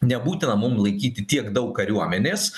nebūtina mum laikyti tiek daug kariuomenės